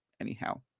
anyhow